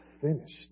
finished